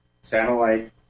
satellite